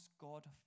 God